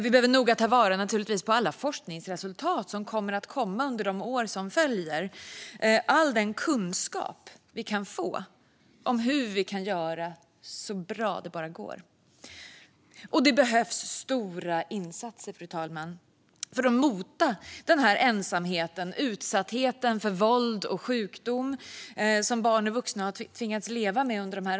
Vi behöver naturligtvis noga ta vara på alla forskningsresultat som kommer att komma under de år som följer - all den kunskap som vi kan få om hur vi kan göra saker så bra det bara går. Fru talman! Det behövs stora insatser för att mota den ensamhet och den utsatthet för våld och sjukdom som barn och vuxna har tvingats leva med under dessa år.